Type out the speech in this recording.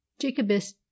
Jacobus